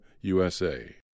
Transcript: USA